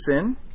sin